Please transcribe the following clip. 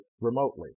remotely